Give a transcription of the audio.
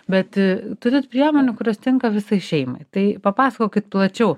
bet turit priemonių kurios tinka visai šeimai tai papasakokit plačiau